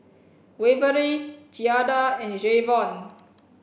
Waverly Giada and Jayvon